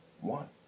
one